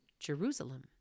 Jerusalem